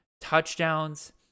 touchdowns